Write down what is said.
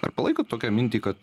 ar palaikot tokią mintį kad